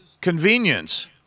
convenience